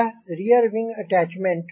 यह है rear wing attachment